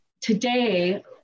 Today